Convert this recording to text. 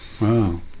Wow